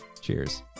Cheers